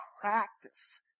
practice